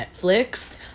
Netflix